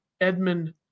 Edmund